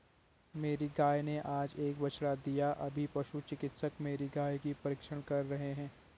मेरी गाय ने आज एक बछड़ा दिया अभी पशु चिकित्सक मेरी गाय की परीक्षण कर रहे हैं